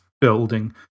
building